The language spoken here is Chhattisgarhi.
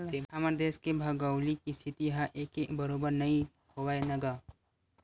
हमर देस के भउगोलिक इस्थिति ह एके बरोबर नइ हवय न गा